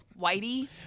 whitey